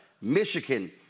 Michigan